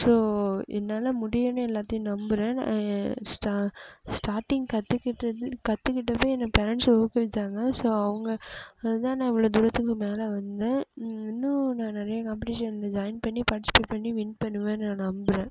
so என்னால் முடியும்னு எல்லாத்தையும் நம்புறேன் ஸ்டாட்டிங் கத்துக்கிட்டது கத்துக்கிட்டப்போ என்ன பேரண்ட்ஸ் ஊக்குவிச்சாங்க ஸோ அவங்க அதான் நான் இவ்வளோ தூரத்துக்கு மேலே வந்தேன் இன்னும் நான் நிறைய காம்பட்டிஷனில் ஜாயின் பண்ணி பார்ட்டிசிபேட் பண்ணி வின் பண்ணுவேன் நான் நம்புறேன்